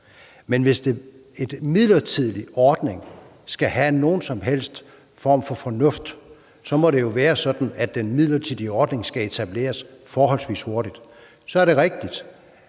Men hvis en midlertidig ordning skal have nogen som helst form for fornuft, så må det jo være sådan, at den midlertidige ordning skal etableres forholdsvis hurtigt. Så er det rigtigt,